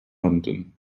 london